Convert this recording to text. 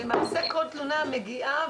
למעשה כל תלונה מגיעה,